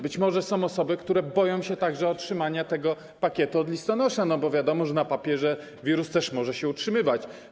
Być może są osoby, które boją się także otrzymania tego pakietu od listonosza, bo wiadomo, że na papierze wirus też może się utrzymywać.